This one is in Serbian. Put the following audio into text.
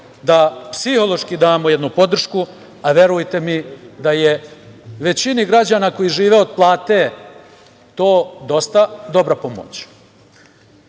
da psihološki damo jednu podršku, a verujte mi da je većini građana koji žive od plate to dosta dobra pomoć. Ovim